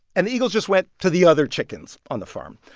and the eagles just went to the other chickens on the farm.